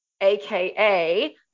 AKA